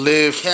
Live